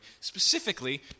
specifically